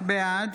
בעד